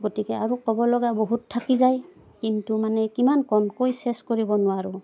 গতিকে আৰু ক'ব লগা বহুত থাকি যায় কিন্তু মানে কিমান কমকৈ চেছ কৰিব নোৱাৰোঁ